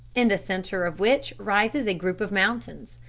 in the center of which rises a group of mountains.